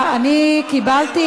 אין, אין בעיה, ביקורת.